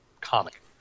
comic